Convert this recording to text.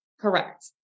Correct